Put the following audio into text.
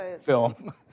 film